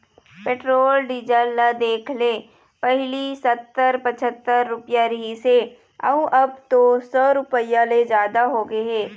petrol diesel ल देखले पहिली सत्तर, पछत्तर रूपिया रिहिस हे अउ अब तो सौ रूपिया ले जादा होगे हे